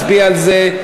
אפשר להצביע על זה,